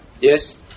Yes